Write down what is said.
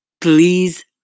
please